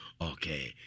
Okay